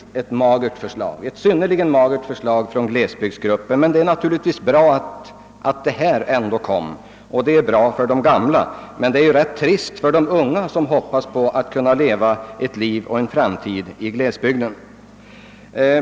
Detta är ett synnerligen magert och armt förslag från glesbygdsgruppen, men det är givetvis bra att det framlagts. Det är bra för de gamla men rätt trist för de unga som hoppas på att kunna leva och ha sin framtid i glesbygden.